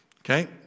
Okay